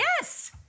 Yes